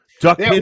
duck